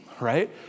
right